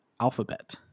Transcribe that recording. alphabet